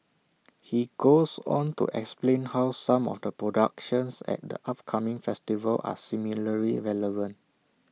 he goes on to explain how some of the productions at the upcoming festival are similarly relevant